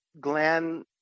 Glenn